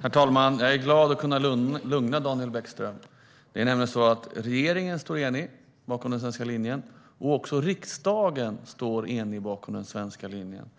Herr talman! Jag är glad över att kunna lugna Daniel Bäckström. Regeringen står nämligen enad bakom den svenska linjen. Också riksdagen står enad bakom den svenska linjen.